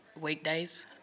weekdays